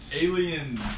alien